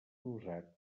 usat